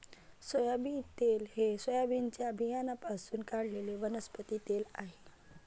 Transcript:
soybean तेल हे सोयाबीनच्या बियाण्यांपासून काढलेले वनस्पती तेल आहे